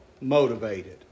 motivated